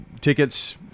tickets